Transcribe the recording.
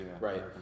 right